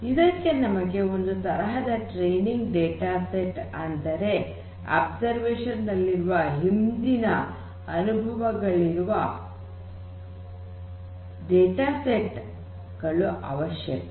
ಇದಕ್ಕೆ ನಮಗೆ ಒಂದು ತರಹದ ಟ್ರೇನಿಂಗ್ ಡೇಟಾ ಸೆಟ್ ಅಂದರೆ ಅಬ್ಸರ್ವೇಷನ್ ನಲ್ಲಿರುವ ಹಿಂದಿನ ಅನುಭವಗಳಿಂದ ಪಡೆದಿರುವ ಡೇಟಾ ಸೆಟ್ ಗಳು ಅವಶ್ಯಕ